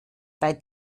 bei